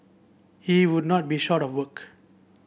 he would not be short of work